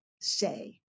say